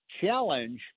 challenge